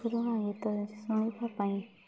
ପୁରୁଣା ଗୀତରେ ଶୁଣିବା ପାଇଁ